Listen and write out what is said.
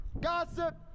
gossip